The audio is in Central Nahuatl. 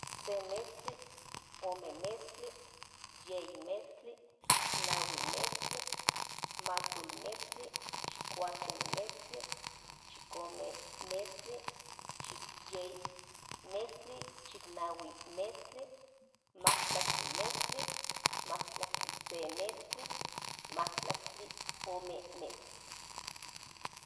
Se mezkli ome mezkli nahui mezkli makuil mezkli chikuase mezkli chikome mezkli chikyei mezkli chiknahui mezkli matlajtli mezkli matlajtlise mezkli matlajtliome mezkli.